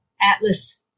atlas